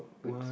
goods